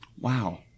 Wow